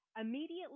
immediately